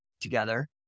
together